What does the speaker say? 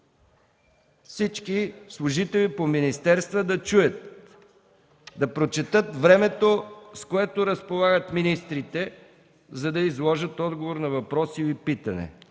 Всички служители по министерствата да чуят: да прочетат времето, с което разполагат министрите, за да изложат отговор на въпроса или питането!